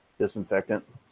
Disinfectant